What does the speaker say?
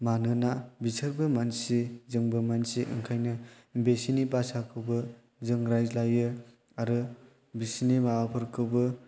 मानोना बिसोरबो मानसि जोंबो मानसि ओंखायनो बिसोरनि भासाखौबो जों रायज्लायो आरो बिसोरनि माबाफोरखौबो